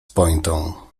pointą